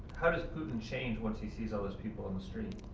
how does putin change once he sees all those people in the street?